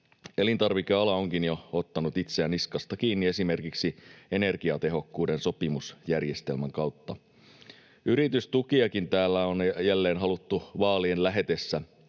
Elintarvikeala onkin jo ottanut itseään niskasta kiinni esimerkiksi energiatehokkuuden sopimusjärjestelmän kautta. Yritystukiakin täällä on jälleen haluttu vaalien lähetessä